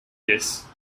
this